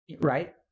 Right